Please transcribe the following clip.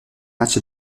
matchs